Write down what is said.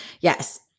Yes